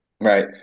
Right